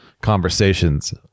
conversations